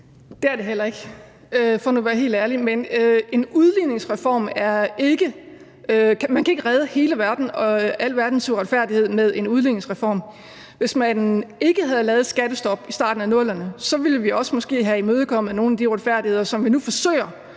Det er det heller ikke – for nu at være helt ærlig. Men man kan ikke redde hele verden og alverdens uretfærdighed med en udligningsreform. Hvis man ikke havde lavet et skattestop i starten af 00'erne, ville vi måske også have imødegået nogle af de uretfærdigheder, som vi nu forsøger